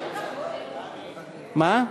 מה?